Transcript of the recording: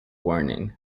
warning